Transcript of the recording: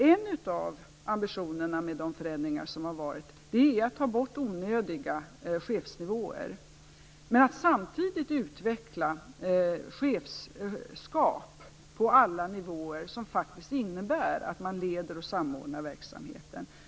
En av ambitionerna med de förändringar som har varit är ju att ta bort onödiga chefsnivåer, men att samtidigt utveckla chefskap på alla nivåer som faktiskt innebär att man leder och samordnar verksamheten.